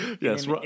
Yes